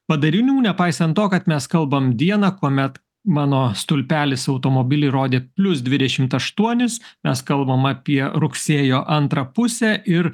padarinių nepaisant to kad mes kalbam dieną kuomet mano stulpelis automobily rodė plius dvidešimt aštuonis mes kalbam apie rugsėjo antrą pusę ir